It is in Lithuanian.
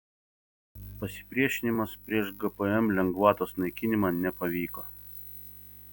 pasipriešinimas prieš gpm lengvatos naikinimą nepavyko